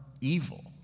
evil